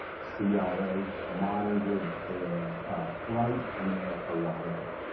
cia monitored their flight and their arrival.